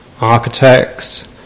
Architects